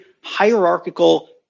hierarchical